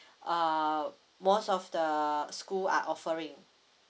err most of the school are offering